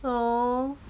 so